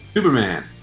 superman,